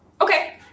Okay